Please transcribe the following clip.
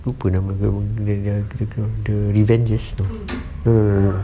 lupa nama dia the revenges tu uh